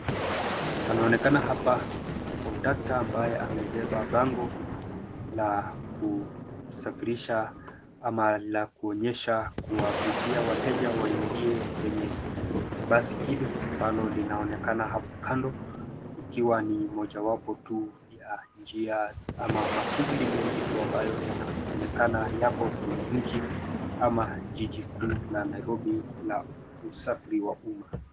Panaonekana hapa kondakta ambaye amebeba bango la kusafirisha ama la kuonyesha kuwavutia wateja waingie kwenye basi hili ambalo linaonekana hapo kando. Ikiwa ni mojawapo tu ya njia njia ama mashughuli mengi tu ambayo yanaonekana yapo kwenye mji ama jiji kuu la Nairobi la usafiri wa umma.